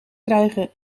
krijgen